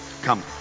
Come